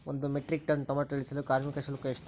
ಒಂದು metric ton tomato ಇಳಿಸಲು ಕಾರ್ಮಿಕರ ಶುಲ್ಕ ಎಷ್ಟು?